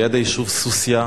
ליד היישוב סוסיא,